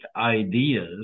ideas